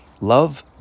Love